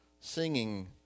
singing